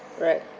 right